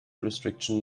restriction